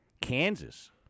Kansas